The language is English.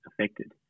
affected